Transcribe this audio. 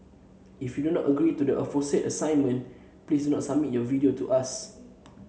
if you do not agree to the aforesaid assignment please do not submit your video to us